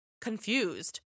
confused